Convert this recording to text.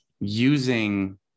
using